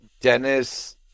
dennis